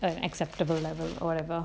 uh acceptable level or whatever